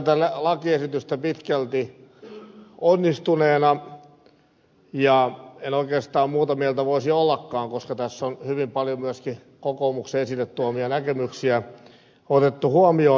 pidän tätä lakiesitystä pitkälti onnistuneena ja en oikeastaan muuta mieltä voisi ollakaan koska tässä on hyvin paljon myöskin kokoomuksen esille tuomia näkemyksiä otettu huomioon